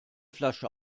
flasche